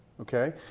okay